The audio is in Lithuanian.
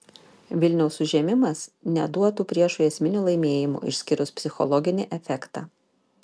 vilniaus užėmimas neduotų priešui esminių laimėjimų išskyrus psichologinį efektą